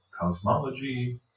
cosmology